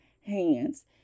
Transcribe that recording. hands